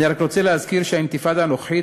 אני רק רוצה להזכיר שהאינתיפאדה הנוכחית,